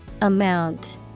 Amount